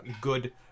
good